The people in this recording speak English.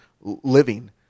living